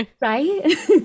Right